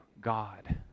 God